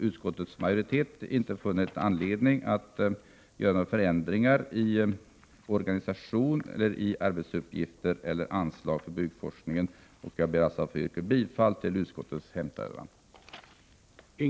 Utskottets majoritet har inte funnit anledning att föreslå några ändringar i organisation, arbetsuppgifter eller anslag till byggforskningen. Jag ber alltså att få yrka bifall till utskottets hemställan.